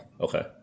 Okay